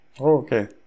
Okay